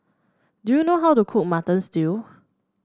do you know how to cook Mutton Stew